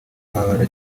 ababara